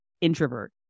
introvert